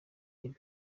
reba